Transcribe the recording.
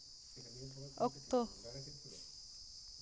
ᱚᱠᱛᱚ